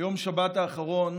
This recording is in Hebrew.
ביום שבת האחרון